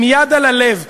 עם יד על הלב,